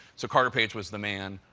so carter page was the man.